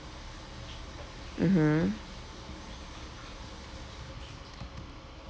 mmhmm